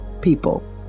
people